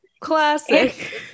Classic